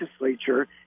legislature